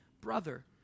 brother